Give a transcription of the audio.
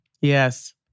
Yes